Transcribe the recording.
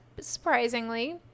surprisingly